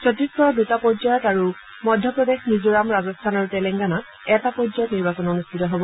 ছত্তীশগড়ত দুটা পৰ্যায়ত আৰু মধ্যপ্ৰদেশ মিজোৰাম ৰাজস্থান আৰু তেলেংগানাত এটা পৰ্যায়ত নিৰ্বাচন অনুষ্ঠিত হ'ব